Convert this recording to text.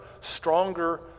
stronger